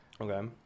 Okay